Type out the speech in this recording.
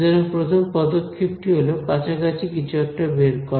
সুতরাং প্রথম পদক্ষেপটি হলো কাছাকাছি কিছু একটা বের করা